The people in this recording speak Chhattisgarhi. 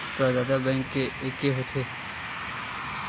प्रदाता बैंक के एके होथे?